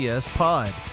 Pod